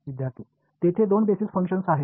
विद्यार्थीः तेथे दोन बेसिस फंक्शन्स आहेत